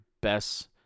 best